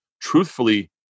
truthfully